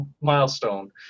milestone